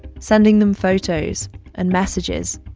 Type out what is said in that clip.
sending them photos and messages.